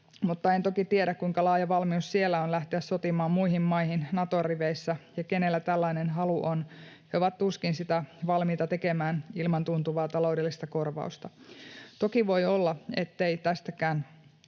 mutta en toki tiedä, kuinka laaja valmius siellä on lähteä sotimaan muihin maihin Naton riveissä ja kenellä tällainen halu on. He ovat tuskin sitä valmiita tekemään ilman tuntuvaa taloudellista korvausta. Toki voi olla, ettei tästäkään